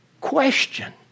Question